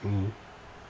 mmhmm